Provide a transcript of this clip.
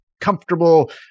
comfortable